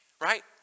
right